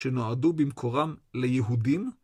שנועדו במקורם ליהודים?